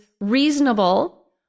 reasonable